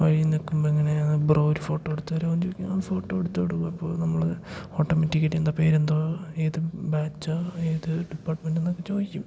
വഴിയിൽ നിൽക്കുമ്പോൾ ഇങ്ങനെ ബ്രോ ഒരു ഫോട്ടോ എടുത്തു തരുമോയെന്ന് ചോദിക്കും ഞാൻ ഫോട്ടോ എടുത്തുകൊടുക്കും അപ്പോൾ നമ്മൾ ഓട്ടോമാറ്റിക്കായിട്ട് എന്താ പേരെന്താ ഏതു ബാച്ചാണ് ഏതു ഡിപ്പാർട്ട്മെൻ്റാണ് എന്നൊക്കെ ചോദിക്കും